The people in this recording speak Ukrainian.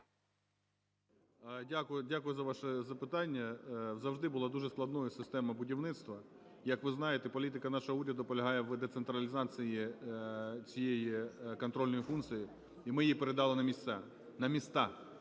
Дякую за ваше запитання. Завжди була дуже складною система будівництва. Як ви знаєте, політика нашого уряду полягає в децентралізації цієї контрольної функції і ми її передали на місця, на міста.